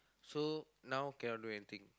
so now cannot do anything